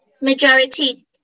majority